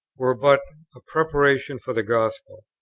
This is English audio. were but a preparation for the gospel.